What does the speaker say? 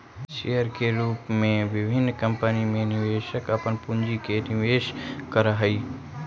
share के रूप में विभिन्न कंपनी में निवेशक अपन पूंजी के निवेश करऽ हइ